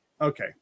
okay